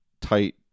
tight